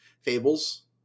Fables